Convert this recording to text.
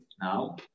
now